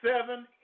seven